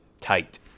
tight